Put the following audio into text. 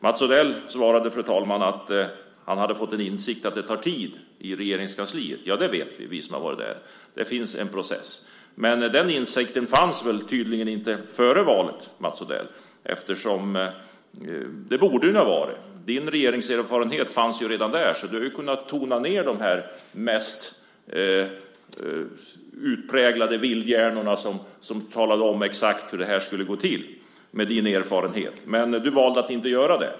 Mats Odell svarade, fru talman, att han hade fått en insikt om att det tar tid i Regeringskansliet. Det vet vi som har varit där. Det finns en process, men insikten fanns tydligen inte före valet, Mats Odell. Det borde det ha funnits. Din regeringserfarenhet fanns redan då, så du med din erfarenhet hade kunnat tona ned de här utpräglade vildhjärnorna som talade om exakt hur det här skulle gå till. Men du valde att inte göra det.